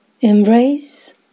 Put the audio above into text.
embrace